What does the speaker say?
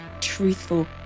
truthful